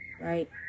right